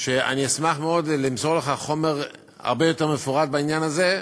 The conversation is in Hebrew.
שאני אשמח מאוד למסור לך חומר הרבה יותר מפורט בעניין הזה.